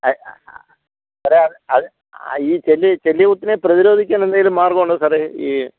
സാറെ അതി ചെല്ലികുത്തിനെ പ്രതിരോധിക്കാൻ എന്തെങ്കിലും മാർഗ്ഗമുണ്ടോ സാറെ ഈ